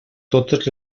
totes